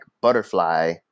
Butterfly